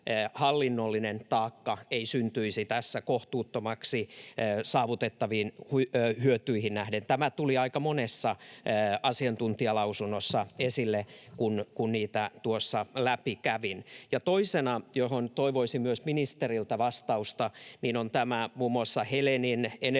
hallinnollinen taakka ei syntyisi tässä kohtuuttomaksi saavutettaviin hyötyihin nähden. Tämä tuli aika monessa asiantuntijalausunnossa esille, kun niitä tuossa läpi kävin. Toisena, johon toivoisin myös ministeriltä vastausta, on tämä muun muassa Helenin,